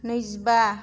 नैजिबा